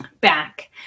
back